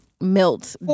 melt